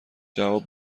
جواب